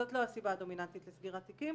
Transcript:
זאת לא הסיבה הדומיננטית לסגירת תיקים.